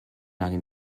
lange